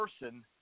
person